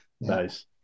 Nice